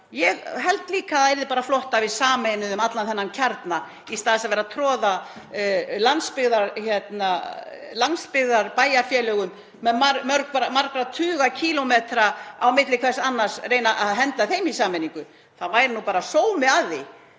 Ég held líka að það væri bara flott að við sameinuðum allan þennan kjarna. Í stað þess að vera að troða landsbyggðarbæjarfélögum með marga tugi kílómetra á milli hvers annars, að reyna að henda þeim í sameiningu, þá væri bara sómi að því